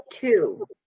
two